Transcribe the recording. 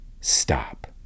stop